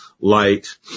light